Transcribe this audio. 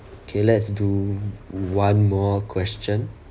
okay let's do one more question